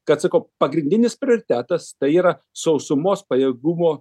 kad sakau pagrindinis prioritetas tai yra sausumos pajėgumo